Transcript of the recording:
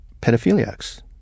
pedophiliacs